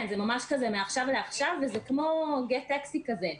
זה ממש מעכשיו לעכשיו וזה כמו גט טקסי כזה,